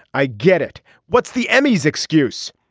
i get it what's the emmys excuse.